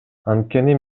анткени